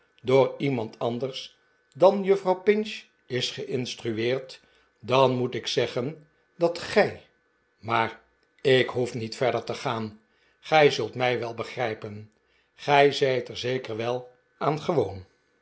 door iemand anders dan juffrouw pinch is geinstrueerd dan moet ik zeggen dat gij maar ik hoef niet verder te gaan gij zult mij wel begrijpen gij zijt er zeker wel aan gewoon